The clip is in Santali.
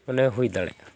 ᱢᱟᱱᱮ ᱦᱩᱭ ᱫᱟᱲᱮᱜᱼᱟ